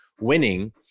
winning